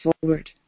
forward